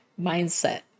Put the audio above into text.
mindset